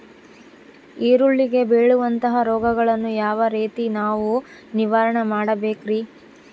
ಈರುಳ್ಳಿಗೆ ಬೇಳುವಂತಹ ರೋಗಗಳನ್ನು ಯಾವ ರೇತಿ ನಾವು ನಿವಾರಣೆ ಮಾಡಬೇಕ್ರಿ?